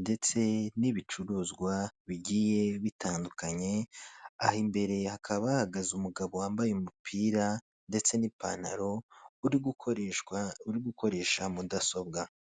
ndeste n'ibicuruzwa bigiye bitandukanye, aha imbere hakaba hahagaze umugabo wambaye umupira ndetse n'ipantalo uri gukoreshwa uri gukoresha mudasobwa.